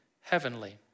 heavenly